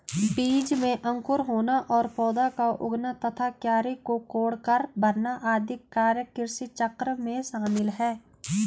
बीज में अंकुर होना और पौधा का उगना तथा क्यारी को कोड़कर भरना आदि कार्य कृषिचक्र में शामिल है